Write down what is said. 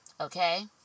okay